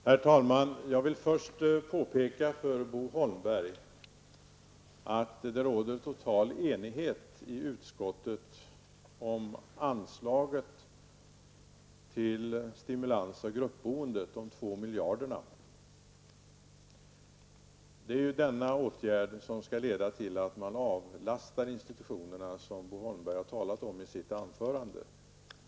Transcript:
Herr talman! Jag vill först påpeka för Bo Holmberg att det råder total enighet i utskottet om anslaget på Det är denna åtgärd som skall leda till att institutionerna avlastas, som Bo Holmberg talade om i sitt anförande.